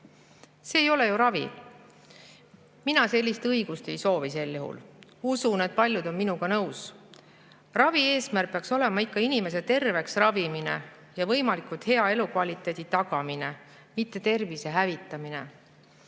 See ei ole ju ravi. Mina sellist õigust sel juhul ei soovi. Usun, et paljud on minuga nõus. Ravi eesmärk peaks olema ikka inimese terveks ravimine ja võimalikult hea elukvaliteedi tagamine, mitte tervise hävitamine.